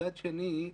מצד שני,